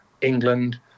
england